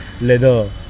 leather